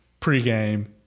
pregame